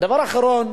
דבר אחרון,